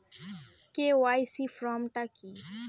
KYC form টা কি?